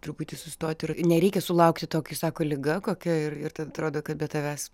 truputį sustoti ir nereikia sulaukti to kai sako liga kokia ir ir tad atrodo kad be tavęs